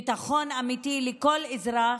ביטחון אמיתי לכל אזרח,